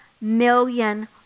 million